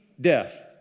death